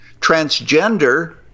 transgender